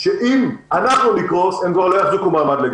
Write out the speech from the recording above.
שאם אנחנו נקרוס הם כבר לגמרי לא יחזיקו מעמד.